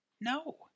No